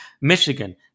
Michigan